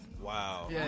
Wow